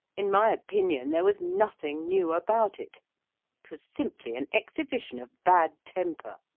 in my opinion, there was nothing new about it, it was simply an exhibition of bad temper.